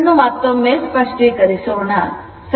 ಇದನ್ನು ಮತ್ತೊಮ್ಮೆ ಸ್ಪಷ್ಟೀಕರಿಸೋಣ